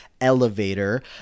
elevator